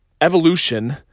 evolution